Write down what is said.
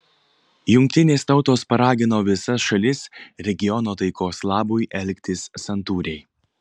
jungtinės tautos paragino visas šalis regiono taikos labui elgtis santūriai